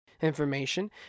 information